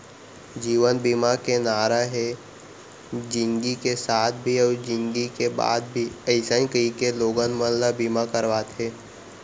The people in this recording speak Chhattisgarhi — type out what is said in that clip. जीवन बीमा के नारा हे जिनगी के साथ भी अउ जिनगी के बाद भी अइसन कहिके लोगन मन ल बीमा करवाथे